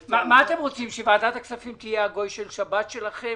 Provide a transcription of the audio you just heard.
רוצים שוועדת הכספים תהיה הגוי של שבת שלכם,